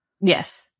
Yes